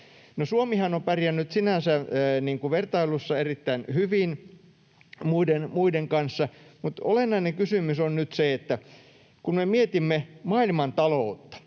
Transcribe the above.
Suomihan on sinänsä pärjännyt vertailussa muiden kanssa erittäin hyvin, mutta olennainen kysymys on nyt se, että kun me mietimme maailman taloutta...